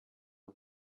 the